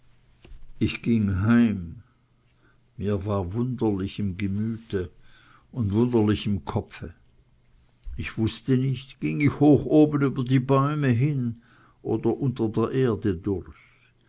ich ging heim mir war wunderlich im gemüte und wunderlich im kopfe ich wußte nicht ging ich hoch oben über die bäume hin oder unter der erde durch